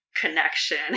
connection